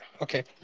Okay